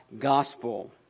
gospel